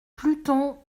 pluton